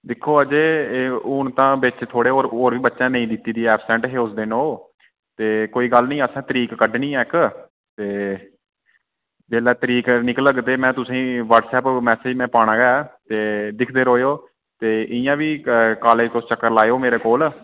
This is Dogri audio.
दिक्खो अजय एह् हून तां बिच्च थोह्ड़े होर बी बच्चे नेईं दित्ती दी ऐब्सेंट हे उस दिन ते कोई गल्ल नेईं असें तरीक कड्ढनी ऐ इक ते जेल्लै तरीक निकलग ते ऐ में तुसेंगी व्हाट्सप्प उप्पर मैसेज ते में पाना गै ऐ ते दिखदे रोयो ते इ'यां बी कालेज तुस चक्कर लाएयो मेरे कोल